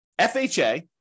FHA